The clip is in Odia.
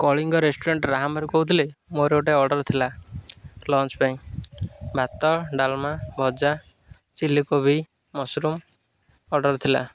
କଳିଙ୍ଗ ରେଷ୍ଟୁରାଣ୍ଟ ରାହାମାରୁ କହୁଥିଲେ ମୋର ଗୋଟେ ଅର୍ଡ଼ର୍ ଥିଲା ଲଞ୍ଚ ପାଇଁ ଭାତ ଡାଲମା ଭଜା ଚିଲି କୋବି ମସରୁମ୍ ଅର୍ଡ଼ର୍ ଥିଲା